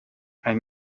ein